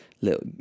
little